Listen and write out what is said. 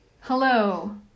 Hello